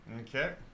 Okay